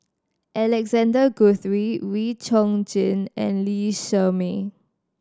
Alexander Guthrie Wee Chong Jin and Lee Shermay